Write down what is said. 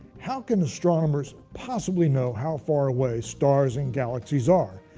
how can astronomers possibly know how far away stars and galaxies are?